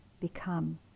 become